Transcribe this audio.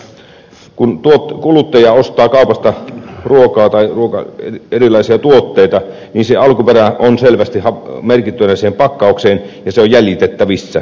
on aivan välttämätöntä että kun kuluttaja ostaa kaupasta ruokaa tai erilaisia tuotteita niin se alkuperä on selvästi merkittynä siihen pakkaukseen ja se on jäljitettävissä